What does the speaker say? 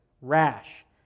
rash